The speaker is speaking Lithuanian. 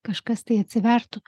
kažkas tai atsivertų